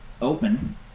open